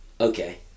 okay